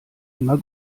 immer